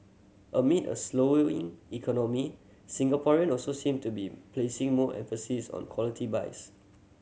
amid a slowing economy Singaporean also seem to be placing more emphasis on quality buys